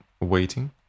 waiting